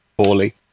poorly